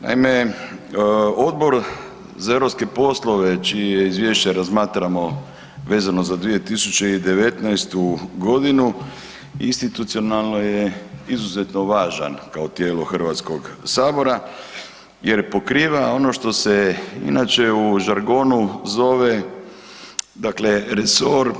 Naime, Odbor za europske poslove čije izvješće razmatramo vezano za 2019.-tu godinu institucionalno je izuzetno važan kao tijelo Hrvatskog sabora jer pokriva ono što se inače u žargonu zove dakle resor